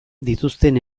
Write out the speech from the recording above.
dituzten